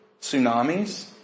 Tsunamis